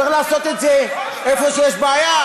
צריך לעשות את זה איפה שיש בעיה,